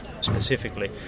specifically